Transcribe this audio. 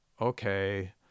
okay